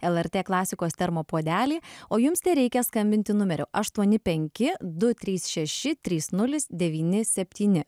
lrt klasikos termopuodelį o jums tereikia skambinti numeriu aštuoni penki du trys šeši trys nulis devyni septyni